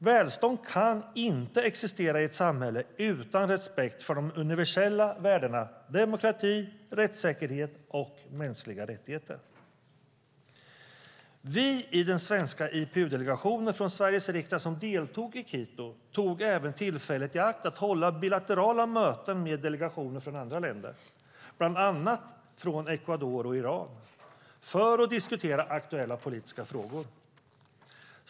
Välstånd kan inte existera i ett samhälle utan respekt för de universella värdena demokrati, rättssäkerhet och mänskliga rättigheter. Vi i den svenska IPU-delegationen från Sveriges riksdag som deltog i Quito tog även tillfället i akt att hålla bilaterala möten med delegationer från andra länder, bland annat från Ecuador och Iran, för att diskutera aktuella politiska frågor.